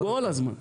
הם כל הזמן שם.